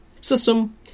System